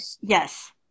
Yes